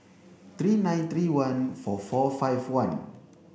three nine three one four four five one